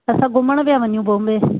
असां घुमण पिया वञूं बॉम्बे